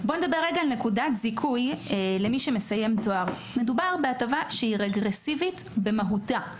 נקודת זיכוי למי שמסיים תואר היא הטבה רגרסיבית במהותה.